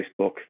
Facebook